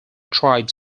tribes